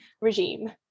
regime